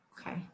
Okay